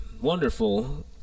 wonderful